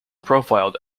profiled